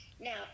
Now